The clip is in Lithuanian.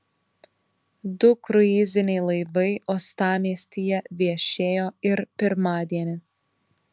du kruiziniai laivai uostamiestyje viešėjo ir pirmadienį